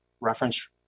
reference